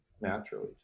naturally